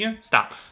Stop